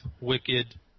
wicked